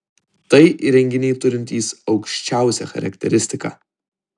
tai įrenginiai turintys aukščiausią charakteristiką